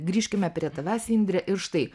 grįžkime prie tavęs indre ir štai